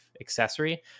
accessory